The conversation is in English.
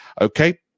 okay